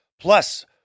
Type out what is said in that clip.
Plus